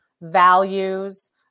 values